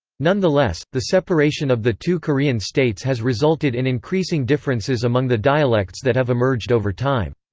nonetheless, the separation of the two korean states has resulted in increasing differences among the dialects that have emerged over time.